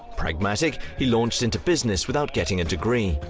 pragmatic, he launched into business without getting a degree.